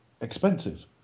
expensive